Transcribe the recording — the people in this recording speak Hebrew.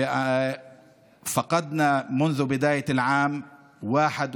איבדנו מתחילת השנה 61